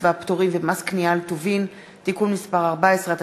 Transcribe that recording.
והפטורים ומס קנייה על טובין (תיקון מס' 14),